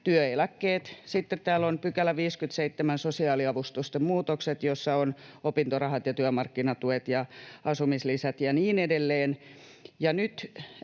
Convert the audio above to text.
työeläkkeet, ja sitten täällä on 57 §, Sosiaaliavustusten muutokset, jossa ovat opintorahat ja työmarkkinatuet ja asumislisät ja niin edelleen.